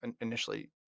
initially